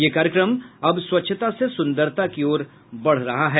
ये कार्यक्रम अब स्वच्छता से सुंदरता की ओर बढ़ रहा है